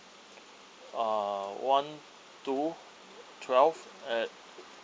uh one two twelve at